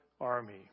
army